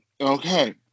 Okay